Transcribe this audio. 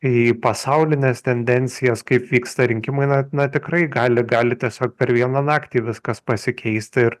į pasaulines tendencijas kaip vyksta rinkimai na na tikrai gali gali tiesiog per vieną naktį viskas pasikeisti ir